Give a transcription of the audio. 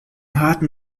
harten